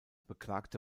beklagte